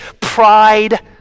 pride